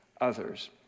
others